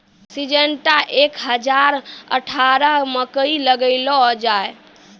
Syngenta एक हजार अठारह मकई लगैलो जाय?